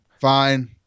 Fine